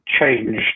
changed